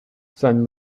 san